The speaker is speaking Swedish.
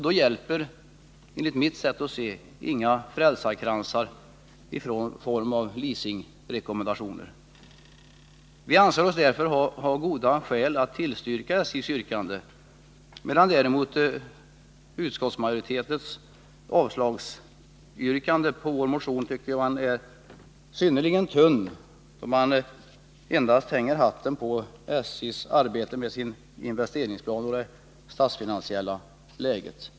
Då hjälper enligt mitt sätt att se 1 Vi anser oss mot denna bakgrund ha goda skäl att tillstyrka SJ:s yrkande men finner däremot motiveringen för utskottsmajoritetens yrkande om avslag på vår motion synnerligen tunn. I den hänvisar man endast till arbetet med SJ:s investeringsplan och till det statsfinansiella läget.